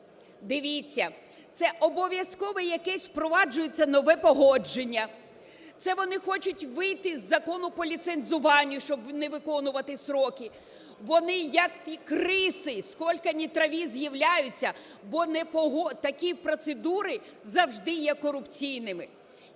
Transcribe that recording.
дивіться це обов'язкове якесь впроваджується нове погодження, це вони хочуть вийти з Закону по ліцензуванню, щоб не виконувати строки. Вони, як ті криси, скільки не трави з'являються, бо такі процедури завжди є корупційними.